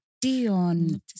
Dion